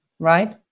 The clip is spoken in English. Right